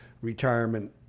retirement